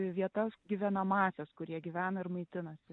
vietas gyvenamąsias kur jie gyvena ir maitinasi